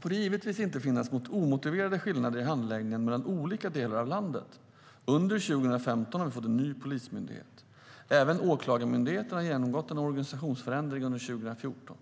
får det givetvis inte finnas omotiverade skillnader i handläggningen mellan olika delar av landet. Under 2015 har vi fått en ny polismyndighet. Även Åklagarmyndigheten har genomgått en organisationsförändring under 2014.